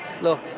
look